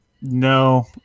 No